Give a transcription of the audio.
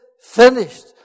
finished